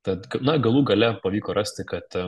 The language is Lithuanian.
tad na galų gale pavyko rasti kad